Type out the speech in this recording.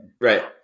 Right